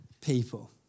people